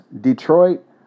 Detroit